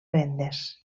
vendes